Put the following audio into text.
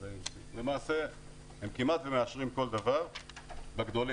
למעשה הם כמעט מאשרים כל דבר בגדולים.